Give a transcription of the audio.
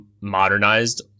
modernized